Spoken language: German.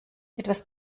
etwas